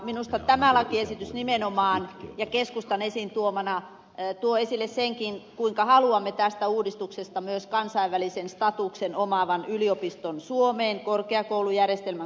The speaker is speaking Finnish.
minusta tämä lakiesitys nimenomaan keskustan esiintuomana tuo esille senkin kuinka haluamme tästä uudistuksesta myös kansainvälisen statuksen omaavan yliopiston suomeen korkeakoulujärjestelmän kokonaisuudessaan